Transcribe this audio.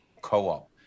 co-op